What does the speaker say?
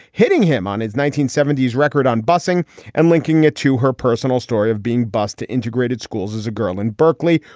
hitting him on his nineteen seventy s record on busing and linking it to her personal story of being bus to integrated schools as a girl in berkeley.